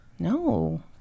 no